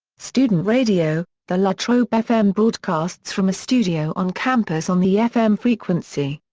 student radio the la trobe fm broadcasts from a studio on campus on the fm frequency.